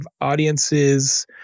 audiences